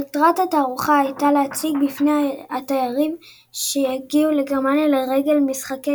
מטרת התערוכה הייתה להציג בפני התיירים שהגיעו לגרמניה לרגל משחקי